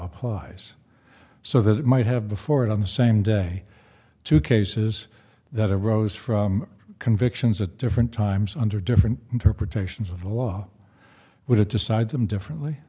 applies so that it might have before it on the same day two cases that arose from convictions at different times under different interpretations of the law would it decides them differently